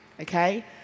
Okay